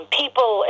people